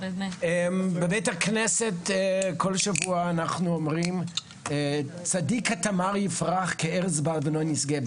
בבית הכנסת כל שבוע אנחנו אומרים "צדיק כתמר יפרח כארז בלבנון ישגה".